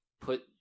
put